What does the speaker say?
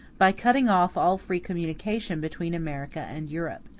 by cutting off all free communication between america and europe.